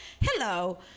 Hello